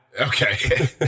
Okay